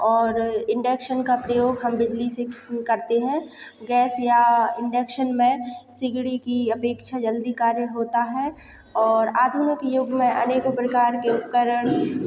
और इंडक्शन का प्रयोग हम बिजली से करते हैं गैस या इंडक्शन में सिगड़ी की अपेक्षा जल्दी कार्य होता है और आधुनिक युग में अनेकों प्रकार के उपकरण